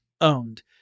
owned